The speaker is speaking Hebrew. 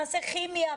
ניבחן בכימיה,